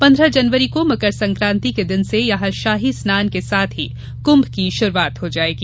पन्द्रह जनवरी को मकर सक्रांति के दिन से यहां शाही स्नान के साथ कुम्भ की शुरूआत हो जायेगी